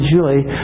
Julie